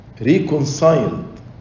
reconciled